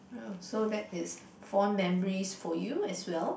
uh so that is fond memories for you as well